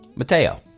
matteo.